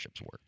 work